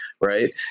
right